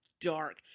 dark